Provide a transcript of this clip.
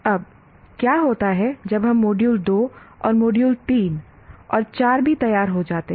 अब क्या होता है जब मॉड्यूल 2 और मॉड्यूल 3 और 4 भी तैयार हो जाते हैं